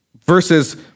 versus